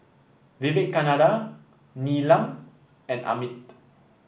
Vivekananda Neelam and Amit